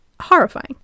Horrifying